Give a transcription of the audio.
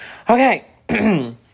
Okay